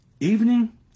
evening